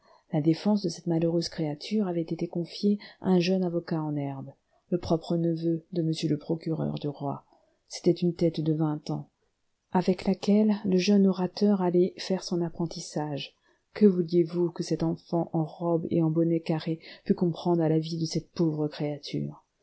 la défense de cette malheureuse créature avait été confiée à un jeune avocat en herbe le propre neveu de m le procureur du roi c'était une tête de vingt ans avec laquelle le jeune orateur allait faire son apprentissage que vouliez-vous que cet enfant en robe et en bonnet carré pût comprendre à la vie de cette pauvre créature